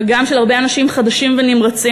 וגם של הרבה אנשים חדשים ונמרצים.